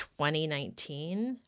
2019